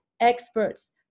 experts